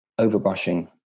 overbrushing